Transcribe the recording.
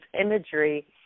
imagery